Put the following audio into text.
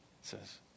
says